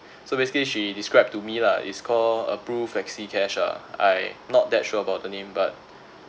so basically she described to me lah it's called approved flexi cash ah I not that sure about the name but